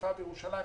בחיפה ובירושלים,